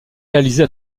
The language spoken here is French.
réalisée